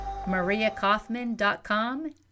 MariaKaufman.com